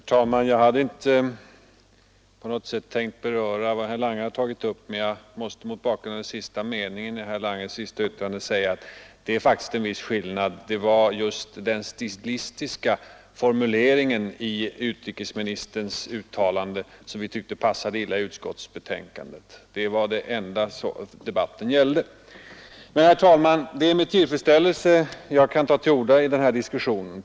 Herr talman! Jag hade inte på något sätt tänkt beröra det som herr Lange har tagit upp, men jag måste mot bakgrunden av den sista meningen i herr Langes senaste inlägg säga att det är faktiskt en viss skillnad. Det var just den stilistiska utformningen av utrikesministerns uttalande som vi tyckte passade illa i utskottsbetänkandet. Det var det enda debatten gällde. Men, herr talman, det är med tillfredsställelse jag kan ta till orda i den här diskussionen.